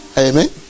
amen